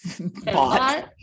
bot